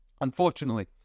Unfortunately